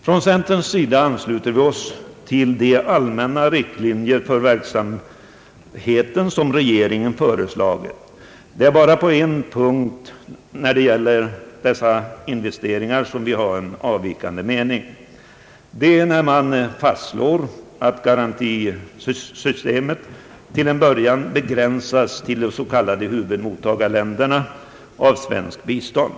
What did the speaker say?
Från centerns sida ansluter vi oss till de allmänna riktlinjer för verksamheten som regeringen föreslagit. Det är bara på en punkt som vi har en avvikande mening. Det är när man föreslår att garantisystemet till en början begränsas till de s.k. huvudmottagarländerna av svenskt bistånd.